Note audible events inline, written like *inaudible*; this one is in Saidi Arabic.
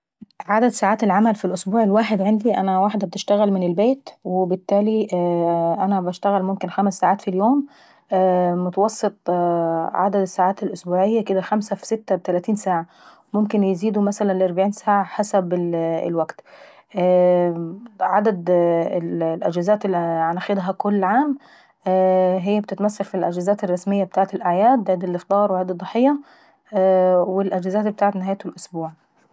عدد ساعات العمل ف الأسبوع عندي؟ انا واحدة بتشتغل من البيت فالبتالي *hesitation* انا بشتغل ممكن خمس ساعات في اليوم وبالتالي متوسط عدد الساعات الأسبوعية كدا خمسة في ستة بتلاتين ساعة، ممكن يزيدوا مثلا لاربعين ساعة حسب الوكت. *hesitation* عدد الاجازات اللي باخدها كل عام؟ هي بتتمثل في الاجازات الرسمية بتاعة الاعياد عيد الافطار وعيد الضحية والاجازات بتاعة نهاية الاسبوع.